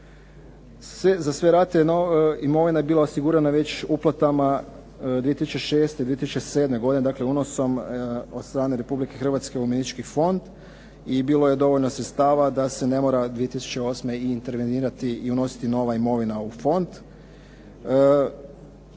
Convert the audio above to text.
Za sve rate imovina je bila osigurana već uplatama 2006., 2007. godine, dakle unosom od strane Republike Hrvatske u umirovljenički fond i bilo je dovoljno sredstava da se ne mora 2008. intervenirati i unositi nova imovina u fond.